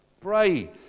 pray